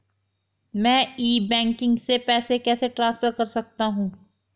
मैं e banking से पैसे कैसे ट्रांसफर कर सकता हूं?